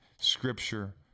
scripture